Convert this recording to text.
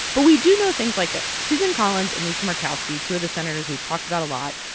but we do know things like this. susan collins and lisa murkowski, two of the senators we've talked about a lot,